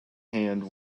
hand